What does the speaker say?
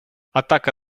атака